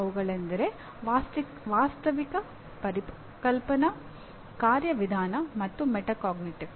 ಅವುಗಳೆಂದರೆ ವಾಸ್ತವಿಕ ಪರಿಕಲ್ಪನಾ ಕಾರ್ಯವಿಧಾನ ಮತ್ತು ಮೆಟಾಕಾಗ್ನಿಟಿವ್